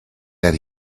that